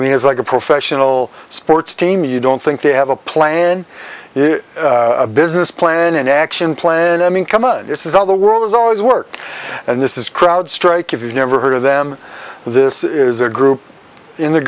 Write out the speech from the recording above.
mean it's like a professional sports team you don't think they have a plan is a business plan an action plan i mean come on this is all the world is always work and this is crowd strike if you never heard of them this is a group in the